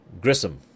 Grissom